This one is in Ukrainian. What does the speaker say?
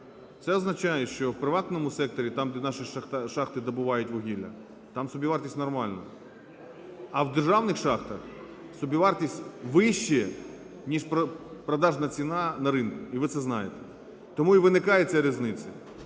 Це означає, що в приватному секторі, там, де наші шахти добувають вугілля, там собівартість нормальна. А в державних шахтах собівартість вища, ніж продажна ціна на ринку. І ви це знаєте. Тому і виникає ця різниця.